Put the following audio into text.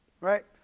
right